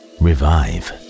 revive